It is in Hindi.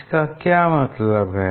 इसका क्या मतलब है